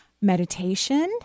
meditation